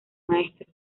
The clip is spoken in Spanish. maestros